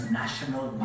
national